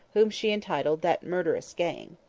whom she entitled that murderous gang.